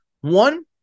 One